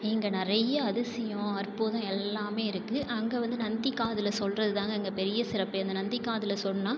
இங்கே நிறைய அதிசயம் அற்புதம் எல்லாமே இருக்கு அங்கே வந்து நந்தி காதில் சொல்றதுதாங்க அங்கே பெரிய சிறப்பே அந்த நந்தி காதில் சொன்னால்